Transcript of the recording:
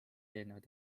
eelnevalt